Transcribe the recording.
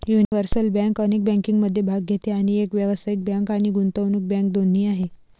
universal bank अनेक बँकिंगमध्ये भाग घेते आणि एक व्यावसायिक बँक आणि गुंतवणूक बँक दोन्ही आहे